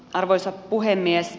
arvoisa puhemies